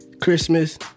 Christmas